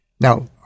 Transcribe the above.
Now